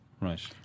Right